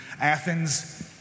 Athens